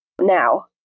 now